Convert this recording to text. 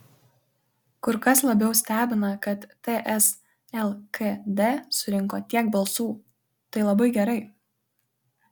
kur kas labiau stebina kad ts lkd surinko tiek balsų tai labai gerai